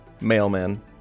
Mailman